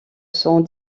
sont